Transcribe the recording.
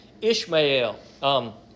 Ishmael